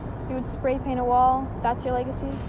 so you'd spray paint a wall? that's your legacy?